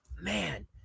Man